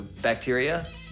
bacteria